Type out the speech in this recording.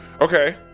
Okay